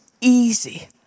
easy